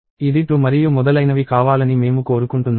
ఇది 2 మరియు మొదలైనవి కావాలని మేము కోరుకుంటున్నాము